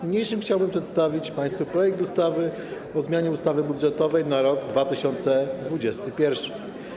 Niniejszym chciałbym przedstawić państwu projekt ustawy o zmianie ustawy budżetowej na rok 2021.